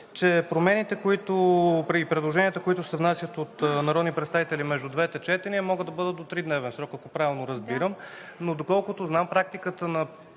че промените, в предложенията, които се внасят от народни представители между двете четения, могат да бъдат до 3-дневен срок, ако правилно разбирам. Но доколкото знам, практиката на